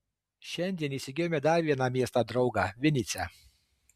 šiandien įsigijome dar vieną miestą draugą vinycią